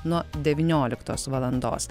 nuo devynioliktos valandos